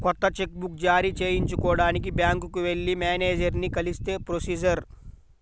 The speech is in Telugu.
కొత్త చెక్ బుక్ జారీ చేయించుకోడానికి బ్యాంకుకి వెళ్లి మేనేజరుని కలిస్తే ప్రొసీజర్